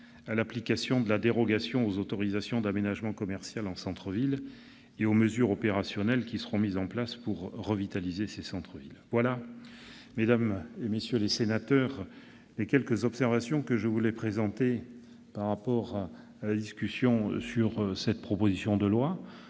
à l'application de la dérogation aux autorisations d'aménagement commercial en centre-ville et aux mesures opérationnelles mises en place pour revitaliser ces centres-villes. Telles sont, mesdames, messieurs les sénateurs, les quelques observations que je voulais formuler préalablement à la discussion de cette proposition de loi,